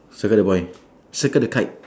circle the boy circle the kite